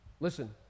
Listen